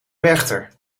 werchter